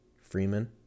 Freeman